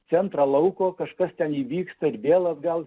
centrą lauko kažkas ten įvyksta ir vėl atgal